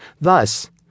Thus